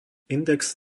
index